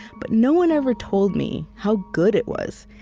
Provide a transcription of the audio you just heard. but no one ever told me how good it was.